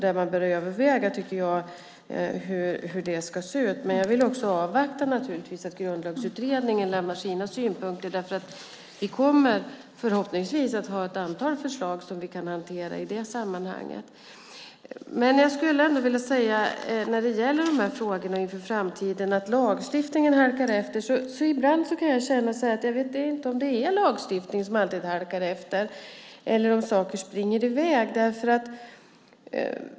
Där tycker jag att man bör överväga hur det ska se ut. Jag vill naturligtvis också avvakta att Grundlagsutredningen lämnar sina synpunkter. Vi kommer förhoppningsvis ha ett antal förslag som vi kan hantera i det sammanhanget. När det gäller de här frågorna inför framtiden och att lagstiftningen halkar efter skulle jag ändå vilja säga att jag ibland kan känna att jag inte vet om det är lagstiftningen som alltid halkar efter eller om saker springer i väg.